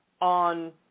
on